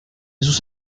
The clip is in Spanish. sus